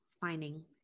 finding